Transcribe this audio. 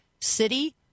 city